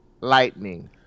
Lightning